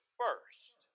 first